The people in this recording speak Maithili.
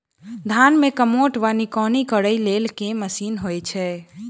धान मे कमोट वा निकौनी करै लेल केँ मशीन होइ छै?